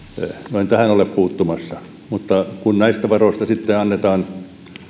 en tähän ole puuttumassa mutta kun näistä varoista sitten annetaan